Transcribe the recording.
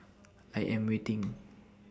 I Am waiting